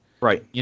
Right